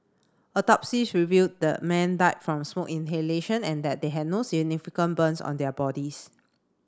autopsies revealed the men died from smoke inhalation and that they had no significant burns on their bodies